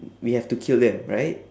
we have to kill them right